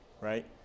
right